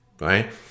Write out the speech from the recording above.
right